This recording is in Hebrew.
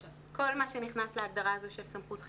גם כל מה שנכנס להגדרה הזאת של סמכות חינוכית.